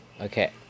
Okay